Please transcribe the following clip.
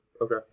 Okay